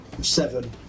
Seven